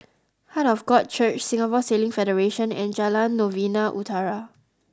Heart of God Church Singapore Sailing Federation and Jalan Novena Utara